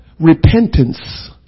Repentance